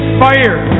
fire